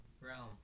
realm